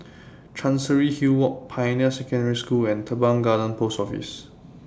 Chancery Hill Walk Pioneer Secondary School and Teban Garden Post Office